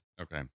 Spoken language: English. Okay